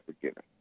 forgiven